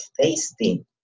tasty